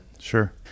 Sure